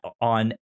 on